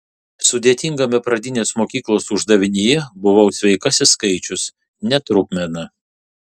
sudėtingame pradinės mokyklos uždavinyje buvau sveikasis skaičius ne trupmena